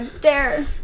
dare